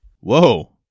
Whoa